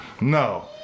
No